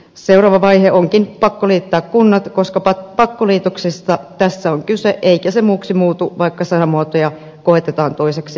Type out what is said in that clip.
seuraava vaihe onkin pakkoliittää kunnat koska pakkoliitoksista tässä on kyse eikä se muuksi muutu vaikka sanamuotoja koetetaan toiseksi vääntää